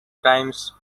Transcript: times